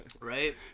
right